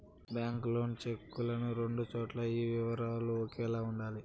bank loan చెక్కులను రెండు చోట్ల ఈ వివరాలు ఒకేలా ఉండాలి